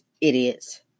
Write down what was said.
idiots